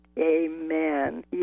Amen